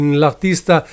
l'artista